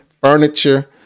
furniture